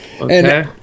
Okay